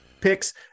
picks